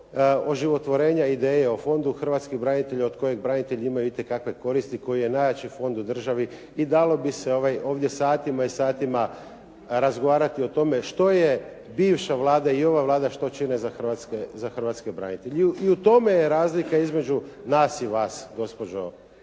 oživotvorenja ideje o Fondu hrvatskih branitelja od kojeg branitelja imaju itekakve koristi koji je najjači fond u državi i dalo bi se ovdje satima i satima razgovarati o tome što je bivša Vlada i ova Vlada što čine za hrvatske branitelje. I u tome je razlika između nas i vas gospođo